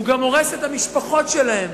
הוא גם הורס את המשפחות שלהם.